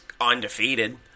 undefeated